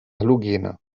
halogene